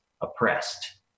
oppressed